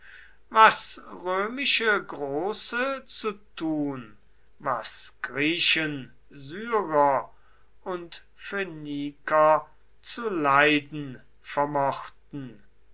was römische große zu tun was griechen syrer und phöniker zu leiden vermochten